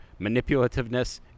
manipulativeness